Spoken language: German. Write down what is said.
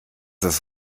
ist